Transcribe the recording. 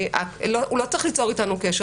הוא לא צריך ליצור אתנו קשר.